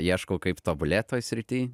ieškau kaip tobulėt toj srity